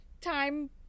time